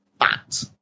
fat